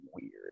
weird